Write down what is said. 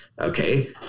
Okay